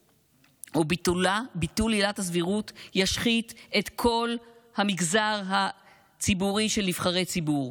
ביטול עילת הסבירות ישחית את כל המגזר הציבורי של נבחרי ציבור: